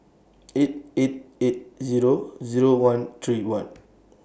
eight eight eight Zero Zero one three one